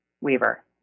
Weaver